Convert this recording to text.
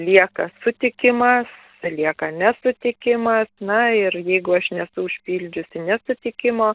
lieka sutikimas lieka nesutikimas na ir jeigu aš nesu užpildžiusi nesutikimo